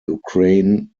ukraine